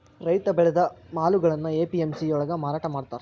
ರೈತ ಬೆಳೆದ ಮಾಲುಗಳ್ನಾ ಎ.ಪಿ.ಎಂ.ಸಿ ಯೊಳ್ಗ ಮಾರಾಟಮಾಡ್ತಾರ್